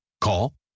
Call